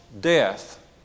death